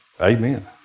amen